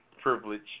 privilege